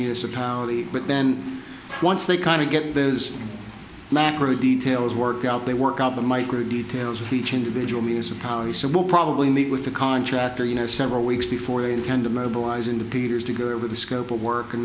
municipality but then once they kind of get those macro details work out they work out the micro details of each individual municipality so we'll probably meet with a contractor you know several weeks before they intend to mobilize into peter's to go over the scope of work and